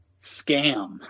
scam